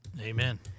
Amen